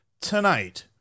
tonight